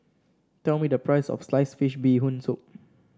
tell me the price of Sliced Fish Bee Hoon Soup